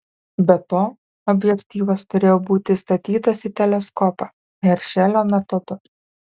be to objektyvas turėjo būti įstatytas į teleskopą heršelio metodu